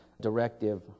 directive